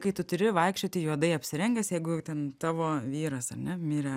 kai tu turi vaikščioti juodai apsirengęs jeigu ten tavo vyras ar ne mirė